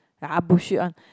ah bullshit one